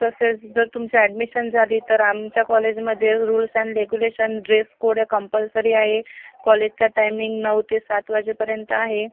तसेच जर तुमची अॅडमिशन झाली तर आमच्या कॉलेजमध्ये rules and regulation dress code हे कम्पल्सरी आहे कॉलेजचा टायमिंग नऊ ते सात वाजेपर्यंत आहे